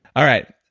all right.